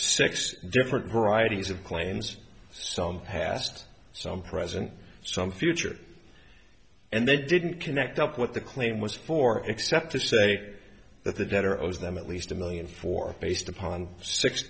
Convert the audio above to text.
six different varieties of claims so hast some present some future and they didn't connect up with the claim was for except to say that the debtor owes them at least a million for based upon six